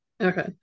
Okay